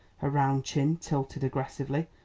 her round chin tilted aggressively.